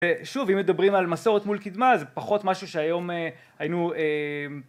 שוב אם מדברים על מסורת מול קדמה זה פחות משהו שהיום היינו